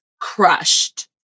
crushed